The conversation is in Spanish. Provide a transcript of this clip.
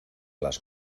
las